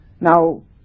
Now